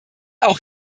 auch